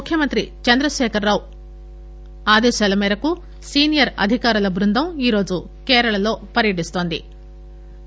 ముఖ్యమంత్రి చంద్రశేఖరరావు ఆదేశాల మేరకు సీనియర్ అధికారుల టృందం ఈరోజు కేరళలో పర్యటిస్తున్న ది